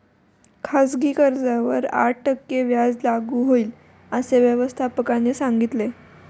खाजगी कर्जावर आठ टक्के व्याज लागू होईल, असे व्यवस्थापकाने सांगितले